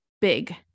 big